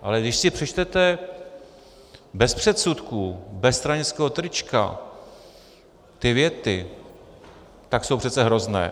Ale když si přečtete bez předsudků, bez stranického trička ty věty, tak jsou přece hrozné.